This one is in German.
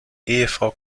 ehefrau